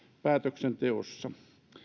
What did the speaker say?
päätöksenteossa